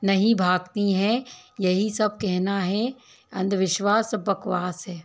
नहीं भागतीं हैं यही सब कहना है अंधविश्वास सब बकवास है